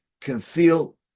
conceal